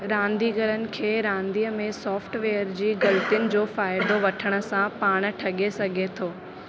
रांदिगरनि खे रांदि में सॉफ्टवेयर जी ग़लतियुनि जो फ़ाइदो वठण सां पाण ठगे सघे थो